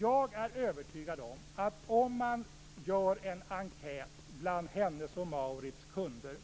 Jag är övertygad om att gör man en enkät bland Hennes & Mauritz kunder